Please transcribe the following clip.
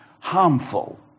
harmful